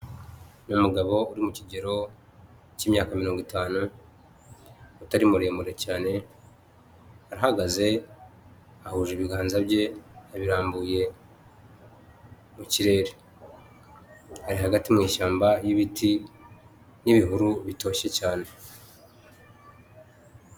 Ni umugabo uri mu kigero cy'imyaka mirongo itanu. Utari muremure cyane ahagaze ahuje ibiganza bye, abirambuye mu kirere. Ari hagati mu ishyamba y'ibiti n'ibihuru bitoshye cyane.